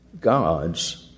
God's